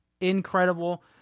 Incredible